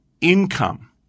income